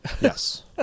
yes